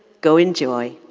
go in joy.